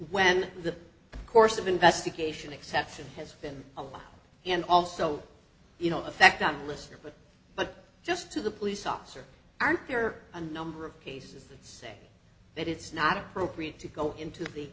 when the course of investigation exception has been a law and also you know effect on the listener but but just to the police officer aren't there are a number of cases that say that it's not appropriate to go into the